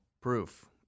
Proof